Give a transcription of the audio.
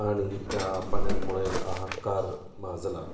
आणि त्या पाण्यांमुळे हाहाकार माजला